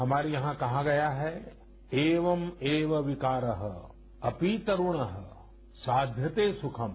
हमारे यहां कहा गया है एवं एव विकारः अपि तरूणः साध्यते सुखम्